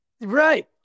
Right